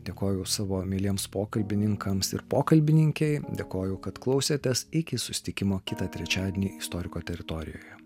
dėkoju savo mieliems pokalbininkams ir pokalbininkei dėkoju kad klausėtės iki susitikimo kitą trečiadienį istoriko teritorijoje